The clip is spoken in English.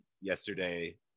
yesterday